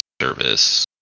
service